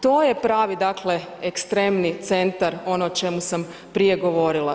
To je pravi, dakle ekstremni centar, ono o čemu sam prije govorila.